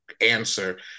answer